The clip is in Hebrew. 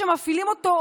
שמפעילים אותו,